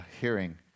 hearing